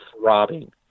throbbing